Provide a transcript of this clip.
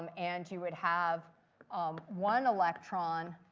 um and you would have um one electron,